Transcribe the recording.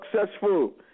successful